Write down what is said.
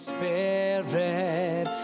Spirit